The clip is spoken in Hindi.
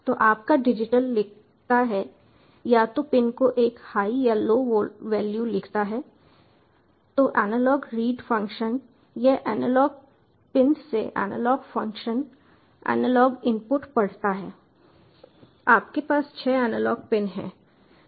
तो आपका डिजिटल लिखता है या तो पिन को एक हाई या लो वैल्यू लिखता है तो एनालॉग रीड फंक्शन यह एनालॉग पिंस से एनालॉग फ़ंक्शन एनालॉग इनपुट पढ़ता है आपके पास छह एनालॉग पिन हैं